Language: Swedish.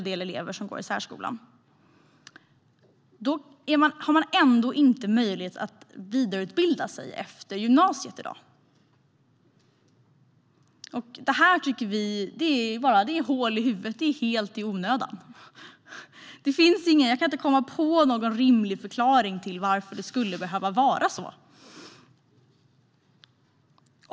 De har i dag ingen möjlighet att vidareutbilda sig efter gymnasiet. Det tycker vi är hål i huvudet och helt onödigt. Jag kan inte komma på någon rimlig förklaring till att det ska behöva vara så.